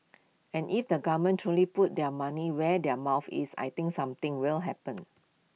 and if the government truly puts their money where their mouth is I think something will happen